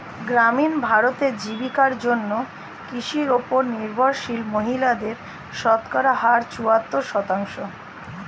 গ্রামীণ ভারতে, জীবিকার জন্য কৃষির উপর নির্ভরশীল মহিলাদের শতকরা হার চুয়াত্তর শতাংশ